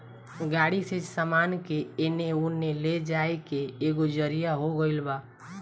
गाड़ी से सामान के एने ओने ले जाए के एगो जरिआ हो गइल बा